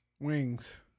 Wings